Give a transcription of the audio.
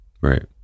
Right